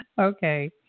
Okay